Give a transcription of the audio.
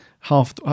half